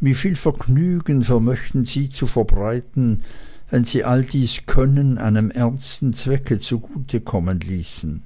wieviel vergnügen vermöchten sie zu verbreiten wenn sie all dies können einem ernsten zwecke zu gut kommen ließen